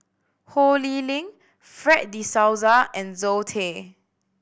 Ho Lee Ling Fred De Souza and Zoe Tay